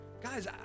Guys